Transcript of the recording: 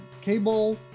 cable